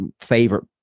favorite